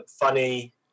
funny